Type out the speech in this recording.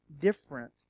different